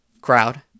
crowd